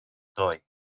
toy